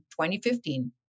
2015